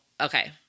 okay